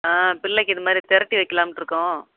ஆ பிள்ளைக்கு இதுமாதிரி தெரட்டி வைக்கலாம்ட்ருக்கோம்